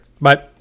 Bye